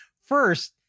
First